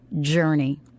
journey